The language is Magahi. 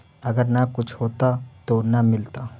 अगर न कुछ होता तो न मिलता?